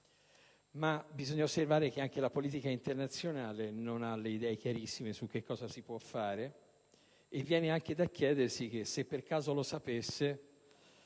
ma bisogna osservare che anche la politica internazionale non ha le idee chiarissime su che cosa si può fare e viene anche da chiedersi che, se per caso lo sapesse,